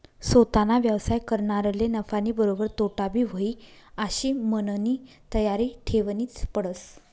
सोताना व्यवसाय करनारले नफानीबरोबर तोटाबी व्हयी आशी मननी तयारी ठेवनीच पडस